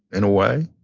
in a way,